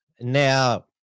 now